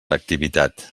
activitat